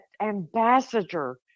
ambassador